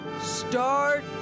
start